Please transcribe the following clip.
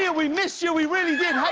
yeah we missed you. we really did. hey,